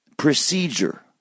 Procedure